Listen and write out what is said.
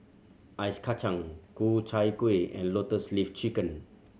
Ice Kachang Ku Chai Kuih and Lotus Leaf Chicken